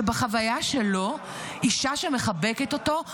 שבחוויה שלו אישה שמחבקת אותו,